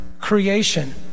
creation